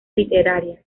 literaria